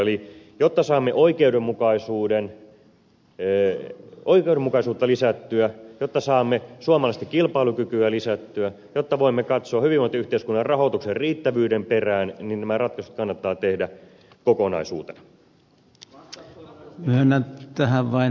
eli jotta saamme oikeudenmukaisuutta lisättyä jotta saamme suomalaista kilpailukykyä lisättyä jotta voimme katsoa hyvinvointiyhteiskunnan rahoituksen riittävyyden perään niin nämä ratkaisut kannattaa tehdä kokonaisuutena